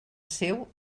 seu